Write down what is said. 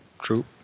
True